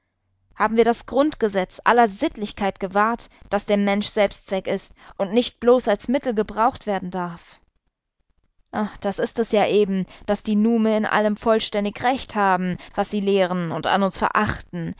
haben wir das grundgesetz aller sittlichkeit gewahrt daß der mensch selbstzweck ist und nicht bloß als mittel gebraucht werden darf oh das ist es ja eben daß die nume in allem vollständig recht haben was sie lehren und an uns verachten